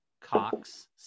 Cox